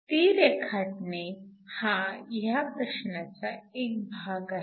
ती रेखाटणे हा ह्या प्रश्नाचा एक भाग आहे